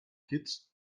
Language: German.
kitts